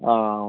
ആ ആ ഓ